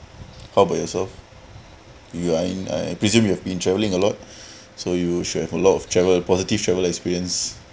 how about yourself I presume you have been travelling a lot so you should have a lot of travel positive travel experience